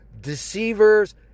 deceivers